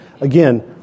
again